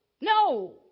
no